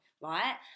Right